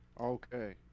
Okay